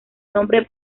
nombre